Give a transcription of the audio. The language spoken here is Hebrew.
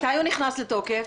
מתי הוא נכנס לתוקף?